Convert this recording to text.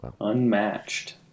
Unmatched